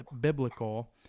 biblical